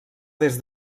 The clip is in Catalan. des